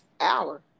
hour